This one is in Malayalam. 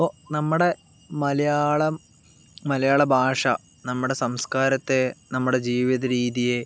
ഇപ്പോൾ നമ്മുടെ മലയാളം മലയാള ഭാഷ നമ്മുടെ സംസ്കാരത്തെ നമ്മുടെ ജീവിത രീതിയെ